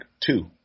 two